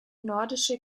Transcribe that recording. nordische